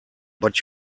but